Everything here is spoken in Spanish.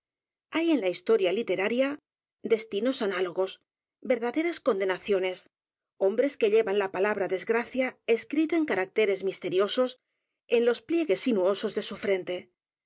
hay en la historia literaria destinos análogos verdaderas condenaciones hombres que llevan la palabra desgracia escrita en caracteres misteriosos en los pliegues sinuosos de su